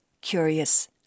curious